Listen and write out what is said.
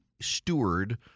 steward—